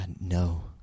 no